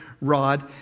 rod